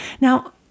Now